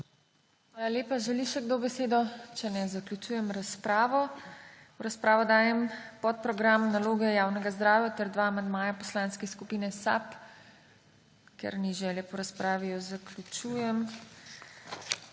Hvala lepa. Želi še kdo besedo? Če ne, zaključujem razpravo. V razpravo dajem podprogram Naloge javnega zdravja ter dva amandmaja Poslanske skupine SAB. Ker ni želje po razpravi, jo zaključujem.